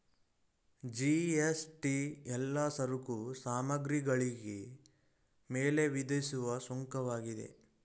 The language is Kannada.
ಜಿ.ಎಸ್.ಟಿ ಎಲ್ಲಾ ಸರಕು ಸಾಮಗ್ರಿಗಳಿಗೆ ಮೇಲೆ ವಿಧಿಸುವ ಸುಂಕವಾಗಿದೆ